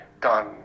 done